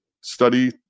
study